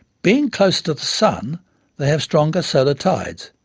being closer to the sun they have stronger solar tides,